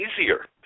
easier